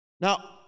Now